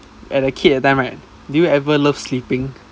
at a kid that time right do you ever love sleeping